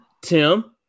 Tim